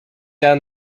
down